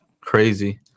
crazy